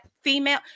female